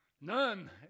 None